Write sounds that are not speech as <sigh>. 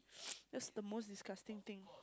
<noise> that's the most disgusting thing